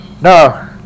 no